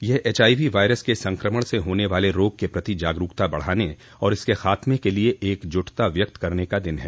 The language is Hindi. यह एचआईवी वायरस के संक्रमण से होने वाले रोग के प्रति जागरुकता बढ़ाने और इसके खात्मे के लिये एकजुटता व्यक्त करने का दिन है